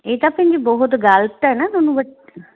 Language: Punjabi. ਇਹ ਤਾਂ ਭੈਣ ਜੀ ਬਹੁਤ ਗਲਤ ਹੈ ਨਾ ਤੁਹਾਨੂੰ